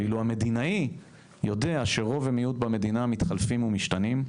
ואילו המדינאי יודע שרוב ומיעוט במדינה מתחלפים ומשתנים.